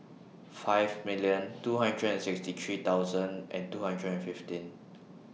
five million two hundred and sixty three thousand and two hundred and fifteen